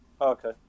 okay